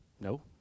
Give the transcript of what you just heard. No